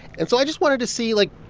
and so i just wanted to see, like,